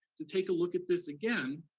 to take a look at this again,